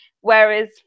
whereas